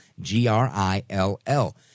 G-R-I-L-L